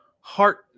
heart